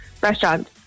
restaurant